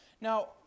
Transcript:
Now